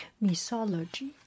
Mythology